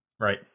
Right